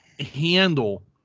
Handle